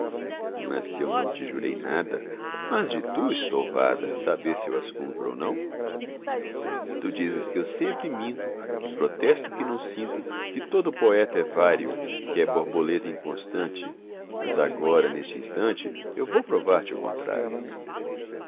mas se eu não te jurei nada como hás de tu estouvada saber se eu as cumpro ou não tu dizes que eu sempre minto que protesto o que não sinto que todo o poeta é vário que é borboleta inconstante mas agora neste instante eu vou provar te o contrário